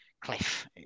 Cliff